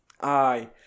Aye